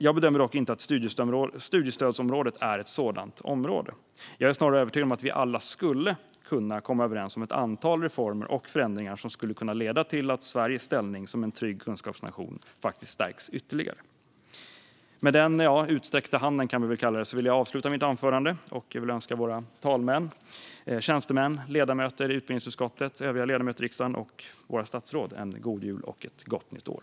Jag bedömer dock inte att studiestödsområdet är ett sådant område. Jag är snarare övertygad om att vi alla skulle kunna komma överens om ett antal reformer och förändringar som skulle kunna leda till att Sveriges ställning som trygg kunskapsnation faktiskt stärks ytterligare. Med den utsträckta handen vill jag avsluta mitt anförande, och jag vill önska våra talmän, tjänstemän, ledamöter i utbildningsutskottet, övriga ledamöter i riksdagen och våra statsråd en god jul och ett gott nytt år.